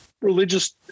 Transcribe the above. religious –